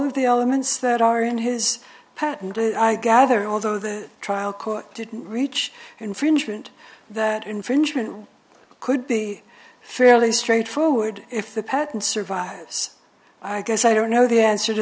of the elements that are in his patent that i gather although the trial court didn't reach infringement that infringement could be fairly straightforward if the patent survives i guess i don't know the answer to